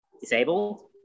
disabled